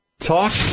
Talk